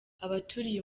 abaturiye